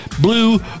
Blue